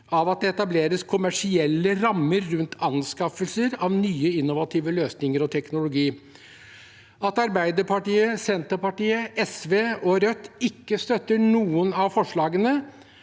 av at det etableres kommersielle rammer rundt anskaffelser av nye, innovative løsninger og teknologi. At Arbeiderpartiet, Senterpartiet, SV og Rødt ikke støtter noen av forslagene,